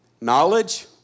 Knowledge